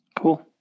Cool